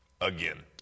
again